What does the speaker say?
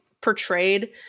portrayed